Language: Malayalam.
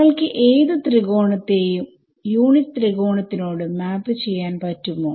നിങ്ങൾക്ക് ഏത് ത്രികോണത്തെയും യൂണിറ്റ് ത്രികോണത്തിനോട് മാപ് ചെയ്യാൻ കഴിയുമോ